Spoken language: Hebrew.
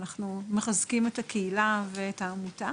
אנחנו מחזקים את הקהילה ואת העמותה.